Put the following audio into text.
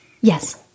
Yes